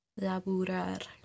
Laburar